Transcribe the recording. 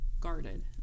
guarded